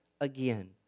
again